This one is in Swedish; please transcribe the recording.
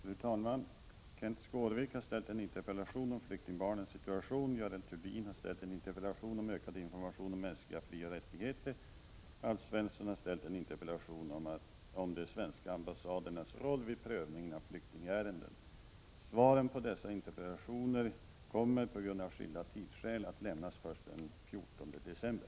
Fru talman! Kenth Skårvik har ställt en interpellation om flyktingbarnens situation, Görel Thurdin en interpellation om ökad information om mänskliga frioch rättigheter samt Alf Svensson en interpellation om de svenska ambassadernas roll vid prövningen av flyktingärenden. Svaren på dessa interpellationer kommer av skilda tidsskäl att lämnas först den 14 december.